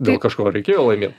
dėl kažko reikėjo laimėt